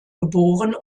geboren